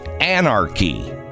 anarchy